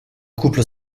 couple